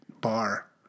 bar